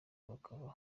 bakaba